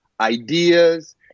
ideas